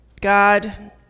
God